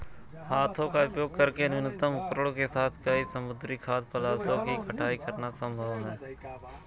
हाथों का उपयोग करके न्यूनतम उपकरणों के साथ कई समुद्री खाद्य पदार्थों की कटाई करना संभव है